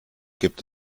gibt